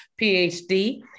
PhD